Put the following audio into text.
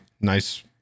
nice